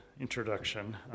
introduction